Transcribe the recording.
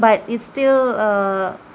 but it's still err